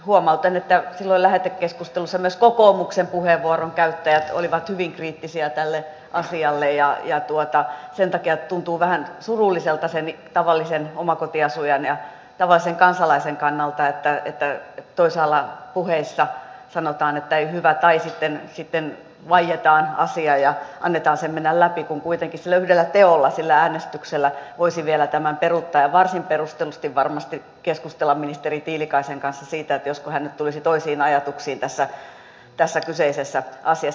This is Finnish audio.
huomautan että silloin lähetekeskustelussa myös kokoomuksen puheenvuoron käyttäjät olivat hyvin kriittisiä tälle asialle ja sen takia tuntuu vähän surulliselta sen tavallisen omakotiasujan ja tavallisen kansalaisen kannalta että toisaalla puheissa sanotaan että ei hyvä tai sitten vaietaan asiasta ja annetaan sen mennä läpi kun kuitenkin sillä yhdellä teolla sillä äänestyksellä voisi vielä tämän peruuttaa ja varsin perustellusti varmasti keskustella ministeri tiilikaisen kanssa siitä josko hän nyt tulisi toisiin ajatuksiin tässä kyseisessä asiassa